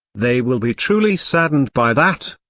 they will be truly saddened by that,